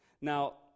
Now